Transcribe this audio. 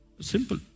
Simple